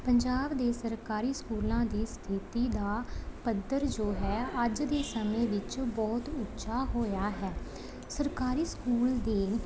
ਪੰਜਾਬ ਦੇ ਸਰਕਾਰੀ ਸਕੂਲਾਂ ਦੀ ਸਥਿਤੀ ਦਾ ਪੱਧਰ ਜੋ ਹੈ ਅੱਜ ਦੇ ਸਮੇਂ ਵਿੱਚ ਬਹੁਤ ਉੱਚਾ ਹੋਇਆ ਹੈ ਸਰਕਾਰੀ ਸਕੂਲ ਦੇ